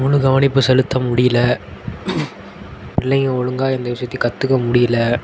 முழு கவனிப்பு செலுத்த முடியல பிள்ளைங்க ஒழுங்கா எந்த விஷயத்தையும் கற்றுக்க முடியல